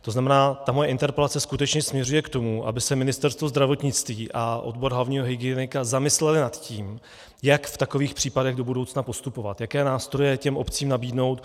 To znamená, moje interpelace skutečně směřuje k tomu, aby se Ministerstvo zdravotnictví a odbor hlavního hygienika zamysleli nad tím, jak v takových případech do budoucna postupovat, jaké nástroje těm obcím nabídnout.